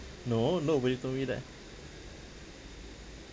no nobody told me that